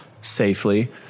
safely